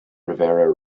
rivera